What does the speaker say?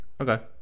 Okay